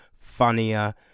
funnier